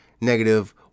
negative